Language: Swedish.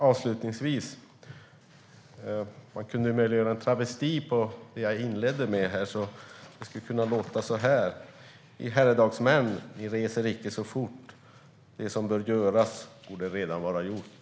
Avslutningsvis kan jag göra en travesti på det som jag inledde med här och säga: I herredagsmän, ni reser icke så fort. Det som bör göras borde redan vara gjort.